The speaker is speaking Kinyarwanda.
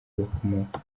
bakomoka